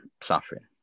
suffering